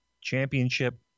championship